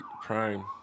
Prime